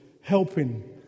helping